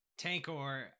Tankor